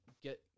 get